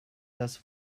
das